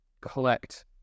collect